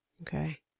Okay